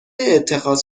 اتخاذ